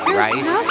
rice